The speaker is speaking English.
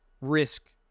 risk